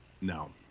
No